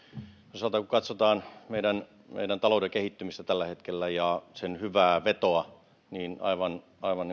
osaltaan kun katsotaan meidän meidän taloutemme kehittymistä tällä hetkellä ja sen hyvää vetoa niin aivan aivan